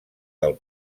del